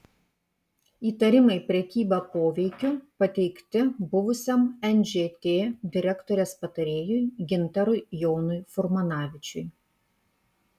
įtarimai prekyba poveikiu pateikti buvusiam nžt direktorės patarėjui gintarui jonui furmanavičiui